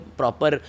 proper